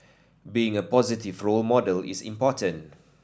being a positive role model is important